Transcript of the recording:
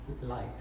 light